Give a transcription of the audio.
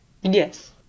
yes